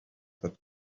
that